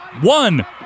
One